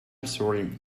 sorry